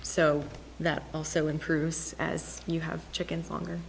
so that also improves as you have chickens longer